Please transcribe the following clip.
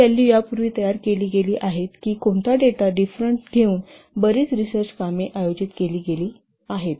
ही value यापूर्वी तयार केली गेली आहेत की कोणता डेटा डिफरेंट घेऊन बरीच रीसर्च कामे आयोजित केली गेली आहेत